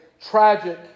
tragic